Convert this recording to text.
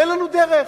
אין לנו דרך,